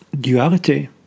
duality